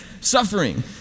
suffering